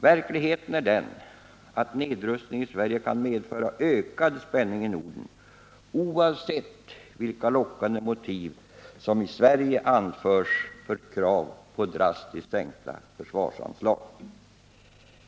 Verkligheten är den att nedrustning i Sverige kan medföra ökad spänning i Norden — oavsett vilka lockande motiv som i Sverige anförs för krav på drastiskt sänkta svenska försvarsanslag.